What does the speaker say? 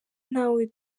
ntawe